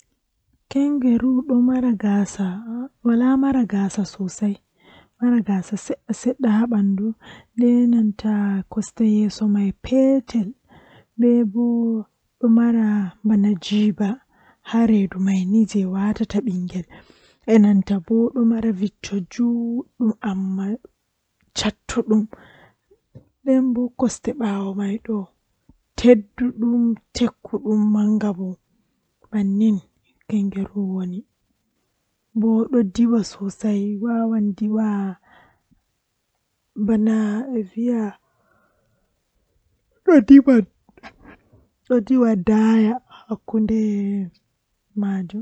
Ndikkinami mi darna wakkati dow mi lorna wakkati man baawo ngam to mi lorni wakkati man baawo ko arti fe'e haa baawo man fuu kanjum on lorata fe'a haa woodi ko fe'e beldum woodi ko fe'e velai nden mi arti mi laari ngamman ndikka mi darni wakkati man dara